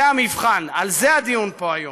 זה המבחן, על זה הדיון פה היום.